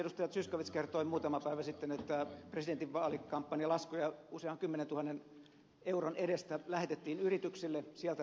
zyskowicz kertoi muutama päivä sitten että presidentinvaalikampanjalaskuja usean kymmenentuhannen euron edestä lähetettiin yrityksille sieltä maksettavaksi